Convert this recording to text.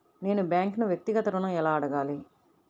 నేను బ్యాంక్ను వ్యక్తిగత ఋణం ఎలా అడగాలి?